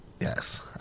yes